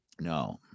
No